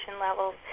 levels